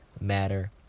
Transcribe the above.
matter